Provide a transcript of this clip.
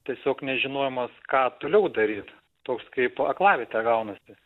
tiesiog nežinojimas ką toliau daryti toks kaipo aklavietė gaunasi